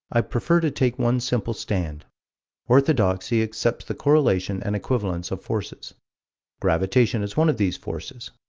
i prefer to take one simple stand orthodoxy accepts the correlation and equivalence of forces gravitation is one of these forces.